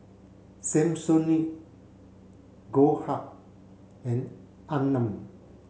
Samsonite Goldheart and Anmum